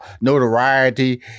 notoriety